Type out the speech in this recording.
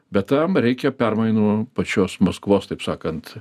bet tam reikia permainų pačios maskvos taip sakant